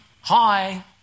Hi